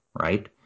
right